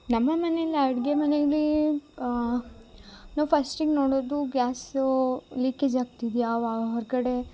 ನಮ್ಮ ಮನೆಯಲ್ ಅಡುಗೆ ಮನೇಲಿ ನಾವು ಫಸ್ಟಿಗೆ ನೋಡೊದು ಗ್ಯಾಸು ಲಿಕೇಜ್ ಆಗ್ತಿದೆಯ ಹೊರ್ಗಡೆ